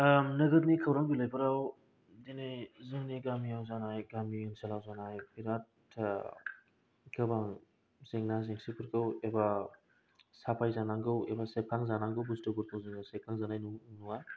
नोगोरनि खौरां बिलाइफोराव बिदिनो जोंनि गामियाव जानाय गामि ओनसोलाव जानाय बिराथ गोबां जेंना जेंसिफोरखौ एबा साफायजानांगौ एबा सेबखांजानांगौ बुस्तुफोरखौ जों सेफखांजानाय नुवा